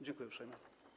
Dziękuję uprzejmie.